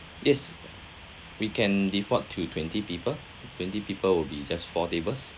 yes we can default to twenty people twenty people will be just four tables